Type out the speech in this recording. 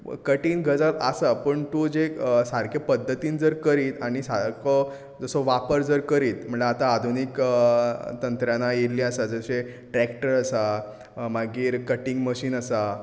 कठीन गजाल आसा पूण तूं जें सारके पध्दतीन जर करीत आनी सारको जसो वापर करीत म्हणल्यार आतां आधुनीक तंत्रां आयिल्लीं आसा जशें ट्रेक्टर आसा मागीर कटींग मशीन आसा